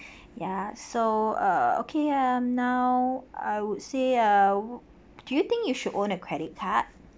ya so uh okay uh now I would say uh do you think you should own a credit card